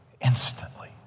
instantly